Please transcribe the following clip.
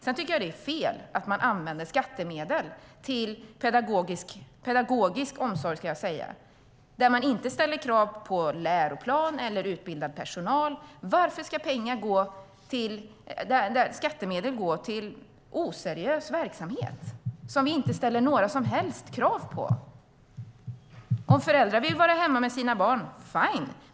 Det är fel att man använder skattemedel till pedagogisk omsorg där man inte ställer krav på läroplan eller utbildad personal. Varför ska skattemedel gå till oseriös verksamhet som man inte ställer några som helst krav på? Om föräldrar vill vara hemma med sina barn är det fine.